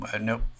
Nope